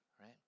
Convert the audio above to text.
right